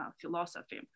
philosophy